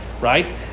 right